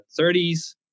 30s